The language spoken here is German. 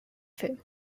film